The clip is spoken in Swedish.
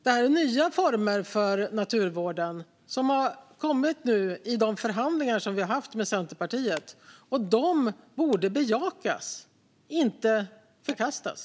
Detta är nya former för naturvården som har tagits fram i de förhandlingar som vi har haft med Centerpartiet, och de borde bejakas och inte förkastas.